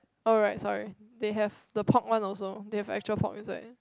alright sorry they have the pork one also they have actual pork inside